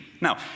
Now